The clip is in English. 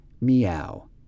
meow